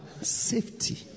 Safety